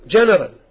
general